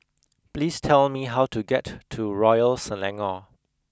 please tell me how to get to Royal Selangor